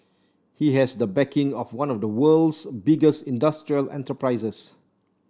he has the backing of one of the world's biggest industrial enterprises